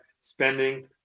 spending